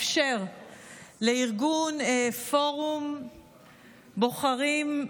אפשר לארגון פורום בוחרים,